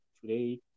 Today